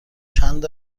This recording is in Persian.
چند